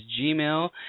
Gmail